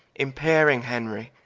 impairing henry,